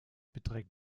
beträgt